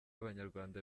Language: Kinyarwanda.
abanyarwanda